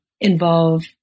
involve